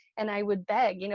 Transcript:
and i would beg, you know